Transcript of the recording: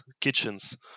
Kitchens